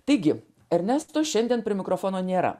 taigi ernesto šiandien prie mikrofono nėra